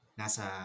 nasa